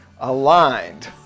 Aligned